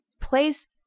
place